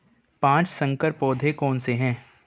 पाँच संकर पौधे कौन से हैं?